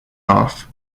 off